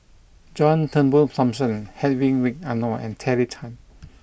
John Turnbull Thomson Hedwig Anuar and Terry Tan